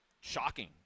shocking